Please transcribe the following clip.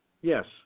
yes